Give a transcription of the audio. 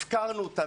הפקרנו אותם.